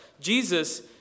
Jesus